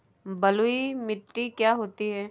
बलुइ मिट्टी क्या होती हैं?